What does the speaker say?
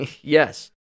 Yes